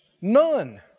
none